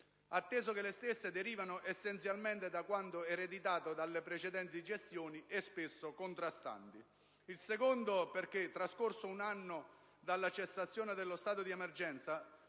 atteso che le stesse derivano essenzialmente da quanto ereditato dalle precedenti gestioni, e spesso contrastanti. In secondo luogo perché, trascorso un anno dalla cessazione dello stato di emergenza,